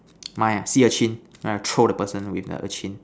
mine ah sea urchin then I throw the person with the urchin